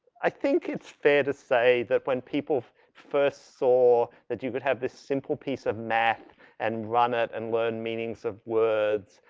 i think it's fair to say that when people first saw that you could have this simple piece of math and run it, and learn meanings of words.